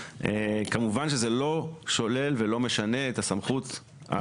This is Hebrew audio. כמובן שזה לא שולל ולא משנה את הסמכות.